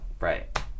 right